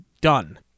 done